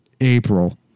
April